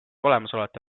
olemasolevate